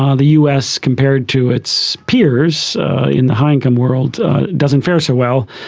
um the us compared to its peers in the high income world doesn't fare so well.